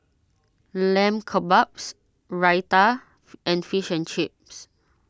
Lamb Kebabs Raita and Fish and Chips